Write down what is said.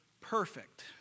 perfect